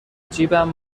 جیبم